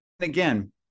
Again